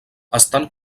estan